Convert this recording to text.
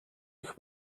гэх